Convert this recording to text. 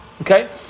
Okay